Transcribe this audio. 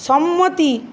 সম্মতি